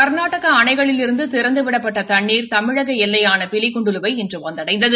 கர்நாடக அணைகளிலிருந்து திறந்துவிடப்பட்ட தண்ணீர் தமிழக எல்லையான பில்லிக்கூண்டுலுவை இன்று வந்தடைந்தது